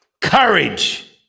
courage